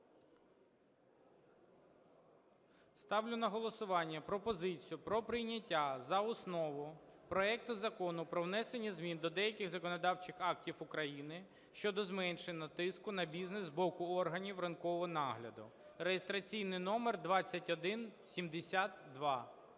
Ставлю на голосування пропозицію про прийняття за основу проекту Закону про внесення змін до деяких законодавчих актів України щодо зменшення тиску на бізнес з боку органів ринкового нагляду (реєстраційний номер 2172).